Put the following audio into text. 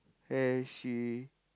and she